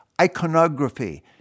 Iconography